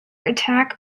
attack